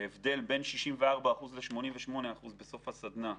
ההבדל בוא בין 64% ל-88% בסוף הסדנה.